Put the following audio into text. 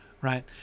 right